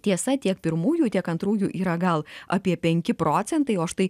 tiesa tiek pirmųjų tiek antrųjų yra gal apie penki procentai o štai